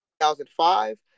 2005